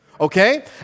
Okay